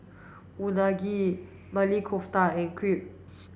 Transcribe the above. Unagi Maili Kofta and Crepe